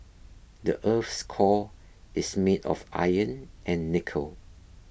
the earth's core is made of iron and nickel